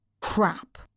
crap